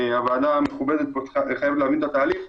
הוועדה המכובדת פה חייבת להבין את התהליך.